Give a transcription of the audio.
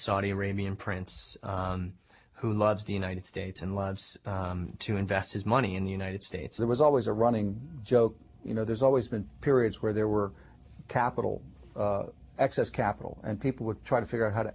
saudi arabian prince who loves the united states and loves to invest his money in the united states there was always a running joke you know there's always been periods where there were capital excess capital and people would try to figure out how to